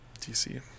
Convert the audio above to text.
DC